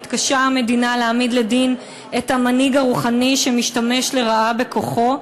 המדינה מתקשה להעמיד לדין את המנהיג הרוחני שמשתמש לרעה בכוחו.